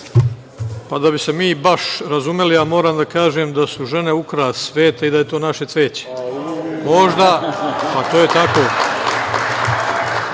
Da bi se mi baš razumeli, ja moram da kažem da su žene ukras sveta i da je to naše cveće. To je tako. Možda